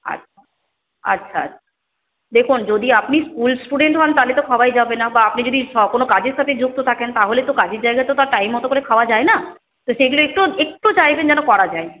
আচ্ছা আচ্ছা দেখুন যদি আপনি স্কুল স্টুডেন্ট হন তাহলে তো খাওয়াই যাবে না বা আপনি যদি কোনো কাজের সাথে যুক্ত থাকেন তাহলে তো কাজের জায়গা তো তার টাইম মতো করে খাওয়া যায় না তো সেগুলো একটু একটু চাইবেন যেন করা যায়